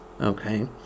Okay